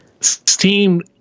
Steam